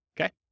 okay